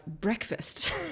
breakfast